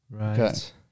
Right